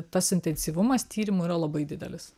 tas intensyvumas tyrimų yra labai didelis